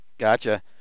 gotcha